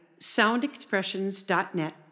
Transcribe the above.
soundexpressions.net